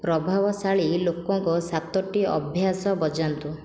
ପ୍ରଭାବଶାଳୀ ଲୋକଙ୍କ ସାତୋଟି ଅଭ୍ୟାସ ବଜାନ୍ତୁ